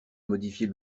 modifier